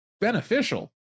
beneficial